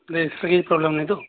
ପ୍ଲେସ୍ରେ କିଛି ପ୍ରୋବ୍ଲେମ୍ ନାହିଁ ତ